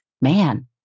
man